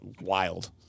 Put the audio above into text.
wild